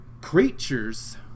creatures